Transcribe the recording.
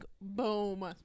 Boom